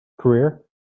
career